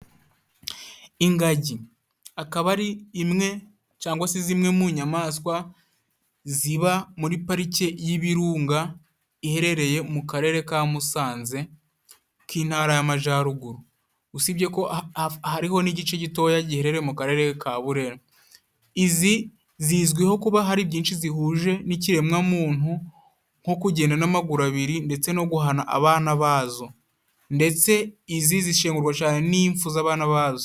Ingagi akaba ari imwe cangwa se zimwe mu nyamaswa ziba muri parike y'Ibirunga, iherereye mu Karere ka Musanze k'Intara y'Amajaruguru, usibye ko hariho n'igice gitoya giherereye mu Karere ka Burera. Izi zizwiho kuba hari byinshi zihuje n'ikiremwa muntu nko kugenda n'amaguru abiri, ndetse no guhana abana bazo, ndetse izi zishengurwa cane n'impfu z'abana bazo.